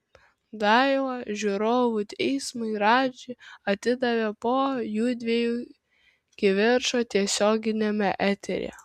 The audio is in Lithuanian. daivą žiūrovų teismui radži atidavė po jųdviejų kivirčo tiesioginiame eteryje